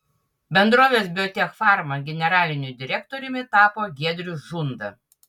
bendrovės biotechfarma generaliniu direktoriumi tapo giedrius žunda